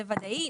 זה ודאי.